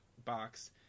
box